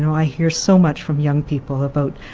and i hear so much from young people about,